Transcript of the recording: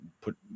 put